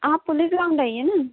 आप police ground आइए न